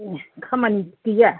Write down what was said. खामानि गैया